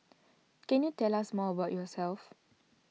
can you tell us more about yourself